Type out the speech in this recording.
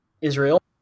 Israel